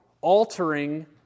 altering